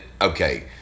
okay